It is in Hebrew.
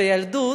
בילדות,